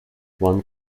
one